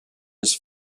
his